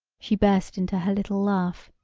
she burst into her little laugh.